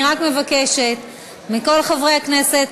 אני רק מבקשת מכל חברי הכנסת,